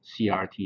CRT